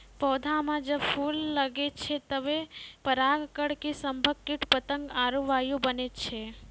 पौधा म जब फूल लगै छै तबे पराग कण के सभक कीट पतंग आरु वायु बनै छै